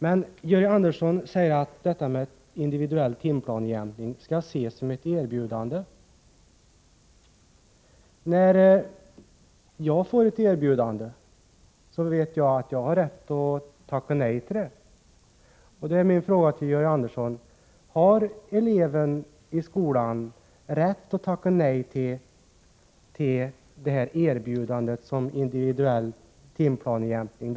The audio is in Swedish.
Georg Andersson säger att individuell timplanejämkning skall ses som ett erbjudande. När jag får ett erbjudande vet jag att jag har rätt att tacka nej till det. Min fråga till Georg Andersson är: Har eleven i skolan rätt att tacka nej till erbjudandet om individuell timplanejämkning?